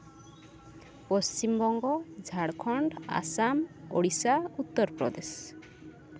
Paschim Banga Jharkhand Assam Odisha Uttar Pradesh